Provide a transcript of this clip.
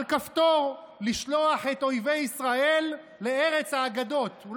על כפתור לשלוח את אויבי ישראל לארץ האגדות.